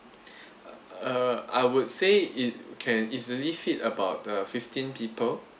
uh I would say it can easily fit about uh fifteen people